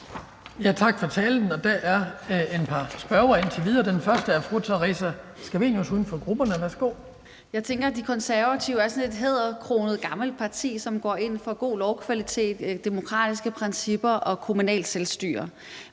Tak for talen. Der er indtil videre et par spørgere, og den første er fru Theresa Scavenius, uden for grupperne. Værsgo. Kl. 18:42 Theresa Scavenius (UFG): Jeg tænker, at De Konservative er sådan et hæderkronet, gammelt parti, som går ind for god lovkvalitet, demokratiske principper og kommunalt selvstyre.